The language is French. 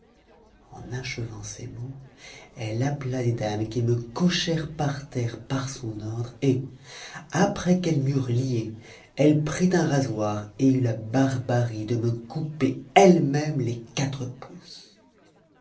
en achevant ces mots elle appela des dames qui me couchèrent par terre par son ordre et après qu'elles m'eurent lié elle prit un rasoir et eut la barbarie de me couper elle-même les quatre pouces